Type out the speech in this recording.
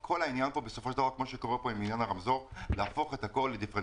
כל העניין פה הוא להפוך את הכול לדיפרנציאלי.